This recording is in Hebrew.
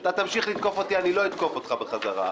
אתה תמשיך לתקוף אותי, אני לא אתקוף אותך בחזרה.